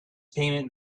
payment